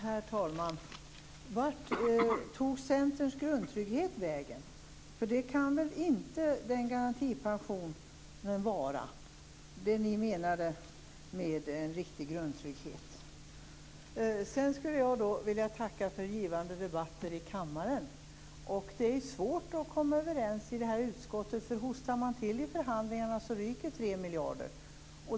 Herr talman! Vart tog Centerns grundtrygghet vägen? Garantipensionen kan väl inte vara det som ni menade med en riktig grundtrygghet. Jag vill tacka för givande debatter i kammaren. Det är svårt att komma överens i det här utskottet. Hostar man till i förhandlingarna så ryker tre miljarder!